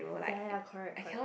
ya ya correct correct